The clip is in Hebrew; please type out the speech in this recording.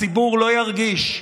הציבור לא ירגיש,